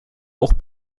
auch